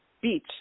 Beach